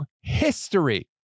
history